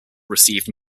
received